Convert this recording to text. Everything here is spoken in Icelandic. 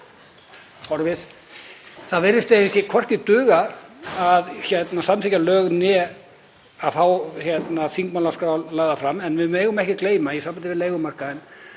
Það virðist hvorki duga að samþykkja lög né að fá þingmálaskrá lagða fram. En við megum ekki gleyma, í sambandi við leigumarkaðinn,